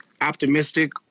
optimistic